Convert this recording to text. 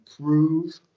prove